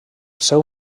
seu